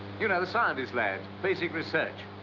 you know, the scientist lads. basic research.